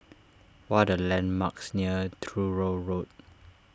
what are landmarks near Truro Road